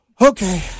Okay